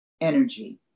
energy